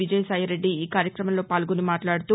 విజయసాయిరెడ్డి ఈ కార్యక్రమంలో పాల్గొని మాట్లాడుతూ